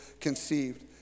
conceived